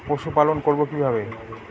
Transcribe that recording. পশুপালন করব কিভাবে?